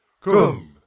Come